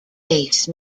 base